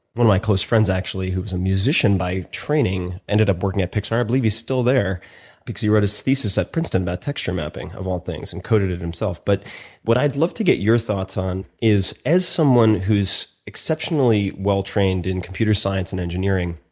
one of my close friends actually, who was a musician by training, ended up working at pixar. i believe he's still there because he wrote his thesis at princeton about texture mapping, of all things, and coded it himself. but what i'd love to get your thoughts on is as someone who's exceptionally well trained in computer science and engineering,